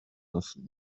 nasıl